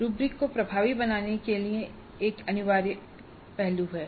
rubric को प्रभावी बनाने के लिए यह एक अनिवार्य पहलू है